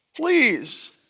Please